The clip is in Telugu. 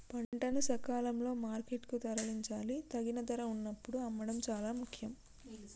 పంటను సకాలంలో మార్కెట్ కు తరలించాలి, తగిన ధర వున్నప్పుడు అమ్మడం చాలా ముఖ్యం